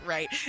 Right